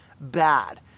bad